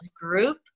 group